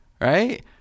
right